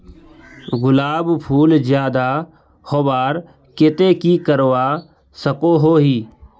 गुलाब फूल ज्यादा होबार केते की करवा सकोहो ही?